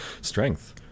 strength